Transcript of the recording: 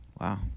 Wow